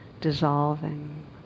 dissolving